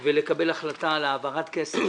ולקבל החלטה על העברת כסף.